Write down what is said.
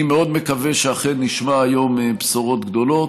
אני מאוד מקווה שאכן נשמע היום בשורות גדולות.